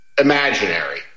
imaginary